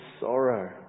sorrow